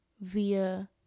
via